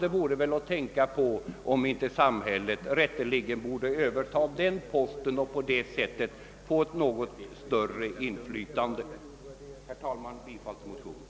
Det vore väl lämpligt att överväga, om inte samhället rätteligen borde överta denna post och på detta sätt få ett större inflytande. Herr talman! Jag yrkar fortfarande bifall till motionen.